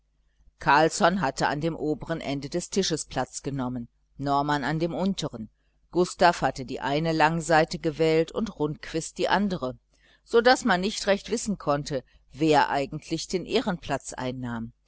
carlsson hatte an dem oberen ende des tisches platz genommen norman an dem unteren gustav hatte die eine langseite gewählt und rundquist die andere so daß man nicht recht wissen konnte wer eigentlich den ehrenplatz einnahm